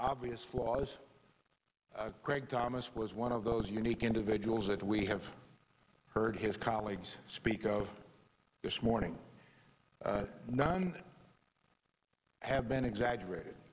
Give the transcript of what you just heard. as flawed as greg thomas was one of those unique individuals that we have heard his colleagues speak of this morning but none have been exaggerated